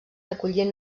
recollien